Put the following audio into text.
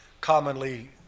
commonly